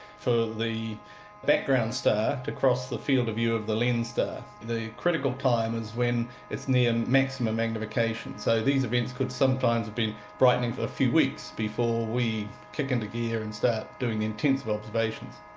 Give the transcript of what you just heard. for the background star to cross the field of view of the lens star. the critical time is when it's near maximum magnification. so these events could sometimes have been brightening for a few weeks before we kick into gear and start doing the intensive observations.